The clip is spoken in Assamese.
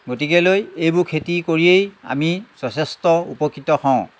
গতিকেলৈ এইবোৰ খেতি কৰিয়েই আমি যথেষ্ট উপকৃত হওঁ